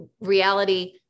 reality